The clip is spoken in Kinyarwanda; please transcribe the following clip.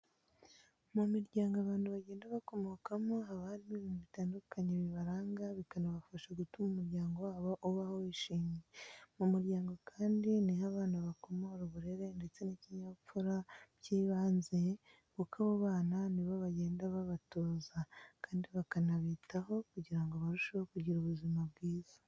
Mu miryango abantu bagenda bakomokamo haba harimo ibintu bitandukanye bibaranga bikanabafasha gutuma umuryango wabo ubaho wishimye. Mu muryango kandi ni ho abana bakomora uburere ndetse n'ikinyabupfura by'ibanze kuko abo babana ni bo bagenda babatoza kandi bakanabitaho kugira ngo barusheho kugira ubuzima bwiza.